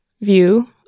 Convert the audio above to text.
view